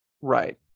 Right